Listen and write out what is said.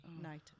night